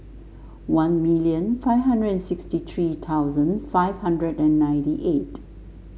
one million five hundred and sixty three thousand five hundred and ninety eight